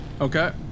Okay